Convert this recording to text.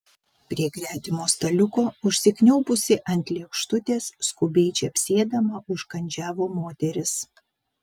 prie gretimo staliuko užsikniaubusi ant lėkštutės skubiai čepsėdama užkandžiavo moteris